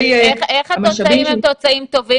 איך התוצאים הם תוצאים טובים,